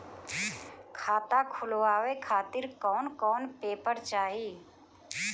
खाता खुलवाए खातिर कौन कौन पेपर चाहीं?